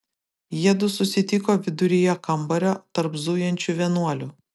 jiedu susitiko viduryje kambario tarp zujančių vienuolių